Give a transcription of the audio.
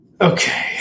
Okay